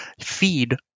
feed